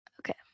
Okay